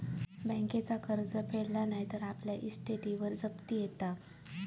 बँकेचा कर्ज फेडला नाय तर आपल्या इस्टेटीवर जप्ती येता